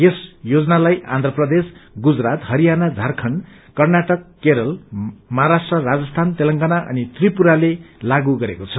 यस योजनालाई आन्ध्र प्रदेश गुजरात हरियाणा झारखण्ड कर्नाटक केरल महाराष्ट्र राजस्थन तेलेंगना अनि त्रिपुराले लागू गरेको छ